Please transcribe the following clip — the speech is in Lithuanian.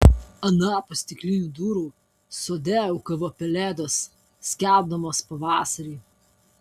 anapus stiklinių durų sode ūkavo pelėdos skelbdamos pavasarį